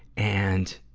and,